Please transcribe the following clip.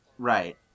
Right